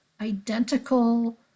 identical